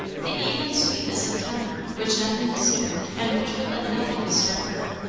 the even sweetness of temper which nothing disturbed and which would let nothing disturb her,